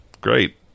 great